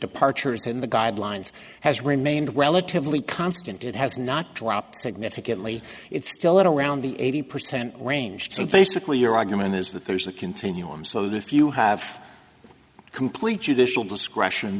departures in the guidelines has remained relatively constant it has not dropped significantly it's still around the eighty percent range so basically your argument is that there's a continuum so that if you have complete judicial discretion